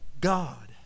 God